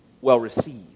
well-received